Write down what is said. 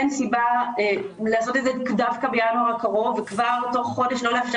אין סיבה לעשות את זה דווקא בינואר הקרוב וכבר תוך חודש לא לאפשר